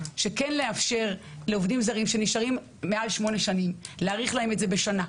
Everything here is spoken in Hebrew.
שכן לאפשר לעובדים זרים שנשארים מעל שמונה שנים לקבל הארכה בשנה.